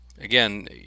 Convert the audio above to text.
again